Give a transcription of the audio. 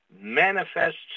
manifests